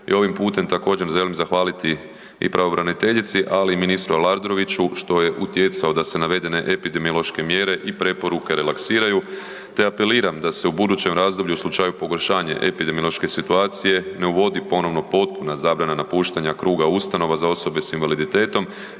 ovim putem također želim zahvaliti i pravobraniteljici ali i ministru Aladroviću što je utjecao da se navedene epidemiološke mjere i preporuke relaksiraju te apeliram da se u budućem razdoblju u slučaju pogoršanja epidemiološke situacije ne uvodi ponovno potpuna zabrana napuštanja kruga ustanova za osobe s invaliditetom